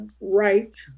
right